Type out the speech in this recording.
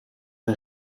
een